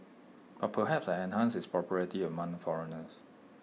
but perhaps I enhanced its popularity among foreigners